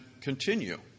continue